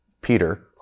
Peter